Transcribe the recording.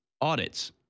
audits